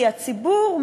כי הציבור,